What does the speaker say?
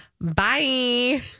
Bye